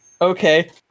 Okay